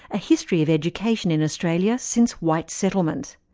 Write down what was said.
a history of education in australia since white settlement.